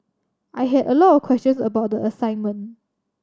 I had a lot of questions about the assignment